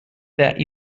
that